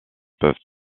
peuvent